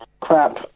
crap